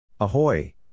Ahoy